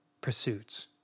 pursuits